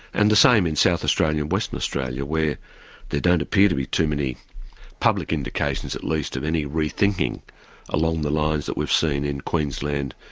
and the same in south australia and western australia, where there don't appear to be too many public indications at least, of any re-thinking along the lines that we've seen in queensland,